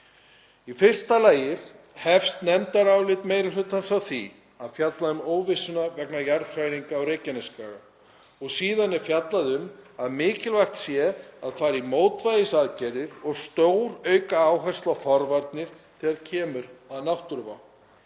Í fyrsta lagi hefst nefndarálit meiri hlutans á því að fjalla um óvissuna vegna jarðhræringa á Reykjanesskaga og síðan er fjallað um að mikilvægt sé að fara í mótvægisaðgerðir og stórauka áherslu á forvarnir þegar kemur að náttúruvá.